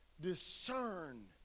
discern